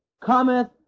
cometh